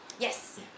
Yes